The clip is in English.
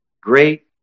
great